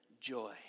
joy